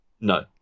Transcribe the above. No